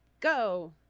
Go